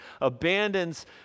abandons